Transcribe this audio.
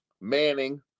Manning